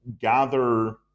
gather